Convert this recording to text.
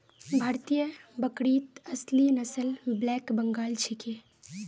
भारतीय बकरीत असली नस्ल ब्लैक बंगाल छिके